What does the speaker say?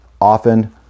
often